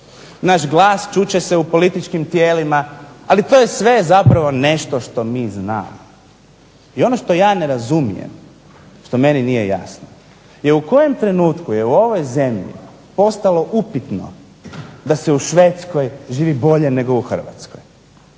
Naš glas čut će se u političkim tijelima, ali to je sve zapravo nešto što mi znamo. I ono što ja ne razumijem, što meni nije jasno je u kojem trenutku je u ovoj zemlji postalo upitno da se u Švedskoj živi bolje nego u Hrvatskoj,